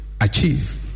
achieve